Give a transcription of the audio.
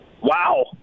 Wow